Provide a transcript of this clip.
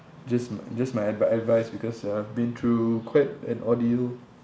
just m~ just my ad~ advice because I've been through quite an ordeal